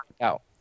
out